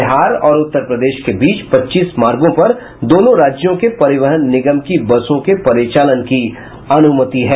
बिहार और उत्तर प्रदेश के बीच पच्चीस मार्गो पर दोनों राज्यों के परिवहन निगम की बसों के परिचालन की अनुमति है